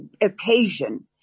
occasion